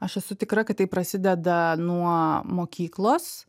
aš esu tikra kad tai prasideda nuo mokyklos